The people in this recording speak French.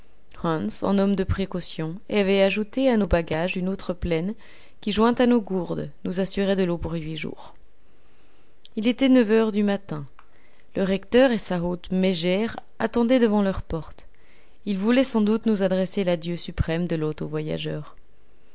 en homme de précaution avait ajouté à nos bagages une outre pleine qui jointe à nos gourdes nous assurait de l'eau pour huit jours il était neuf heures du matin le recteur et sa haute mégère attendaient devant leur porte ils voulaient sans doute nous adresser l'adieu suprême de l'hôte au voyageur